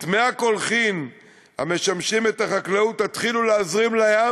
את מי הקולחין המשמשים את החקלאות תתחילו להזרים לים,